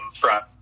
front